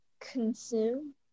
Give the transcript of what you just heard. Consume